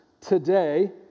today